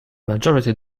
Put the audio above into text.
majority